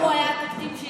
הוא היה תקדים שהיווה